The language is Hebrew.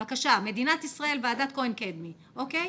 בבקשה, 'מדינת ישראל, ועדת כהן- קדמי', אוקיי?